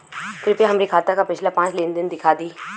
कृपया हमरे खाता क पिछला पांच लेन देन दिखा दी